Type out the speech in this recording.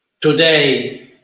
today